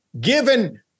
Given